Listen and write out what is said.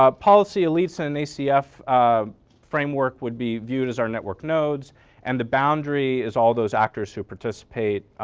ah policy elites in acf framework would be viewed as our network nodes and the boundary is all those actors who participate.